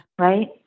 Right